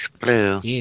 blue